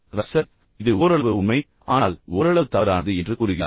இப்போது ரஸ்ஸல் இது ஓரளவு உண்மை ஆனால் ஓரளவு தவறானது என்று கூறுகிறார்